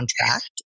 contract